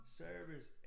service